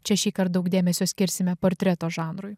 čia šįkart daug dėmesio skirsime portreto žanrui